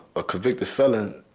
a convicted felon,